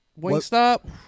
Wingstop